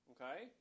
okay